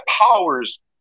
powers